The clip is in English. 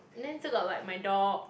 then still got like my dog